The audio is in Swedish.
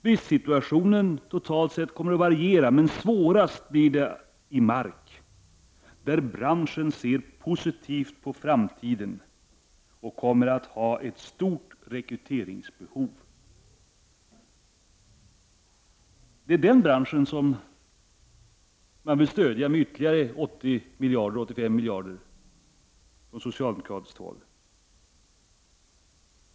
Bristsituationen kommer att lokalt variera tydligt: Totalt sett blir den svårast i Mark, där branschen ser positivt på framtiden och kommer att ha ett ——- stort rekryteringsbehov.” Det är den branschen som socialdemokraterna vill stödja med ytterligare 85 miljoner.